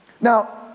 Now